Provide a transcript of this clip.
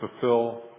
fulfill